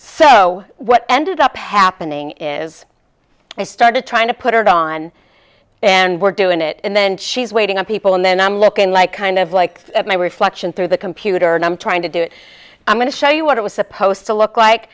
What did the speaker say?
so what ended up happening is they started trying to put it on and we're doing it and then she's waiting on people and then i'm looking like kind of like my reflection through the computer and i'm trying to do it i'm going to show you what it was supposed to look like